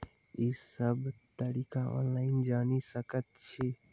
ई सब तरीका ऑनलाइन जानि सकैत छी?